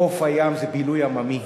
חוף הים זה בילוי עממי,